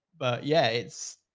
but yeah, it's.